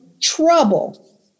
trouble